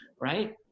Right